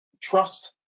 Trust